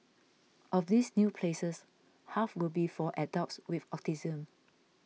of these new places half will be for adults with autism